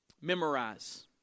Memorize